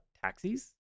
taxis